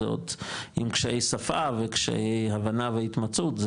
עם קשיי שפה וקשיי הבנה והתמצאות,